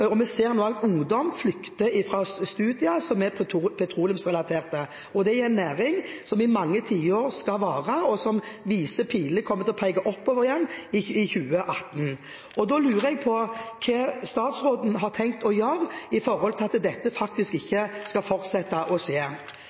og vi ser at ungdom flykter fra studier som er petroleumsrelaterte – det i en næring som skal vare i mange tiår, og der vi ser at pilene kommer til å peke oppover igjen i 2018. Da lurer jeg på hva statsråden har tenkt å gjøre for at dette ikke skal fortsette.